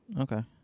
Okay